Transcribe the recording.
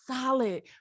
solid